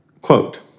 Quote